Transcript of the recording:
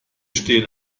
stehen